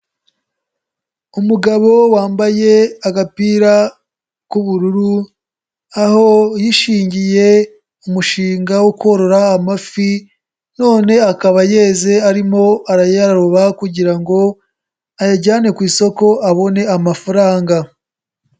Umugabo wambaye agapira k'ubururu aho yishingiye umushinga wo korora amafi none akaba yeze arimo arayaroba kugira ngo ayajyane ku isoko abone amafaranga.